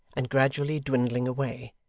and gradually dwindling away,